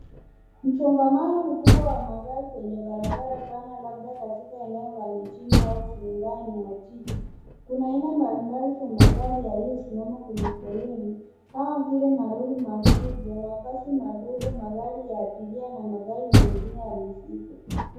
Msongamano mkubwa wa magari kwenye barabara pana labda katika eneo la mijini au fungani mwa jiji. Kuna aina mbalimbali za magari yaliyosimama kwenye foleni kama vile malori makubwa, mabasi madogo magari ya abiria na magari mengine ya mizigo.